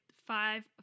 five